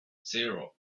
zero